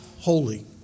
holy